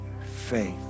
faith